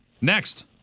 Next